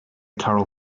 carroll